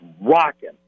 rocking